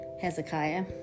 Hezekiah